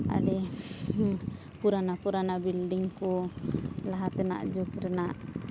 ᱟᱹᱰᱤ ᱯᱩᱨᱟᱱᱟ ᱯᱩᱨᱟᱱᱟ ᱵᱤᱞᱰᱤᱝ ᱠᱚ ᱞᱟᱦᱟ ᱛᱮᱱᱟᱜ ᱡᱩᱜᱽ ᱨᱮᱱᱟᱜ